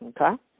okay